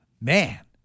Man